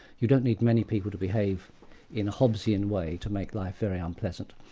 you don't need many people to behave in a hobbesian way to make life very unpleasant.